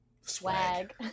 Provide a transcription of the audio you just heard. swag